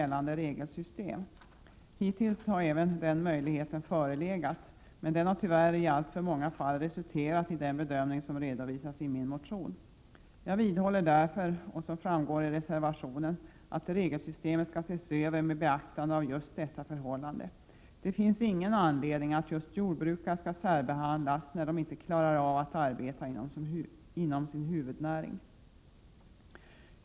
1987/88:100 gällande regelsystem. Hittills har även den möjligheten förelegat, men den har tyvärr i alltför många fall resulterat i den bedömning som redovisas i min motion. Jag vidhåller därför, vilket framgår i reservationen, att regelsystemet skall ses över med beaktande av just detta förhållande. Det finns ingen anledning att just jordbrukare skall särbehandlas när de inte klarar av att arbeta inom sin huvudnäring.